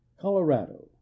Colorado